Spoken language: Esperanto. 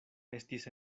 estis